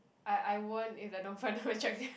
I I won't if I don't find them attractive